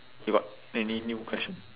you got any new question